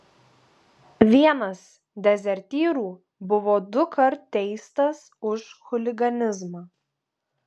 vienas dezertyrų buvo dukart teistas už chuliganizmą